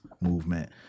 movement